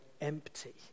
empty